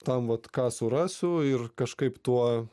tam vat ką surasiu ir kažkaip tuo